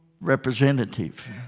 representative